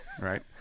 right